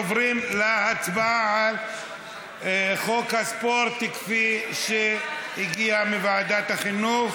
עוברים להצבעה על חוק הספורט כפי שהגיע מוועדת החינוך.